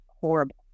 horrible